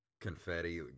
confetti